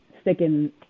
sticking